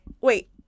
wait